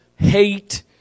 hate